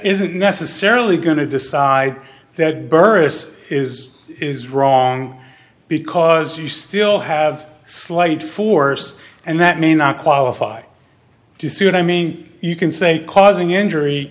isn't necessarily going to decide that burris is is wrong because you still have slight force and that may not qualify you see what i mean you can say causing injury